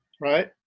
right